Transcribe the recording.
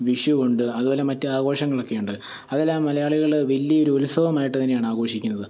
വിഷു ഉണ്ട് അതുപോലെ മറ്റ് ആഘോഷങ്ങളൊക്കെയുണ്ട് അതെല്ലാം മലയാളികൾ വലിയ ഒരു ഉത്സവമായിട്ട് തന്നെയാണ് ആഘോഷിക്കുന്നത്